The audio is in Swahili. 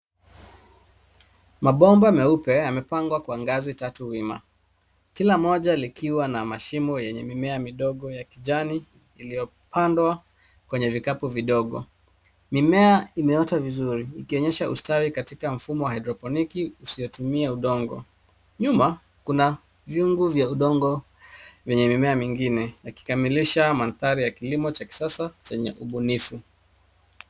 Mabomba meupe yamepangwa kwa ngazi tatu wima kila mmoja likiwa na mashimo yenye mimea midogo ya kijani iliyopandwa kwenye vikapu vidogo. Mimea imeota vizuri ikionyesha ustawi katika mfumo wa hydroponic usiotumia udongo. Nyuma kuna viungu vya udongo vyenye mimea mingine ya yakikamilisha mandhari ya kilimo cha kisasa chenye ubunifu.